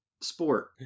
sport